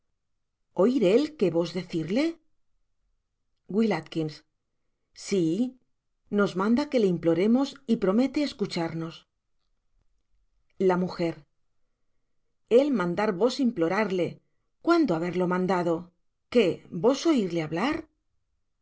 él lo que vos decirle w a si nos manda que le imploremos y promete escucharnos la m el mandar vos implorarle cuándo haberlo mandado qué vos oirle hablar